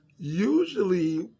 Usually